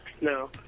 No